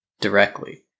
directly